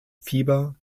fieber